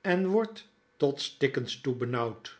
en wordt tot stikkens toe benauwd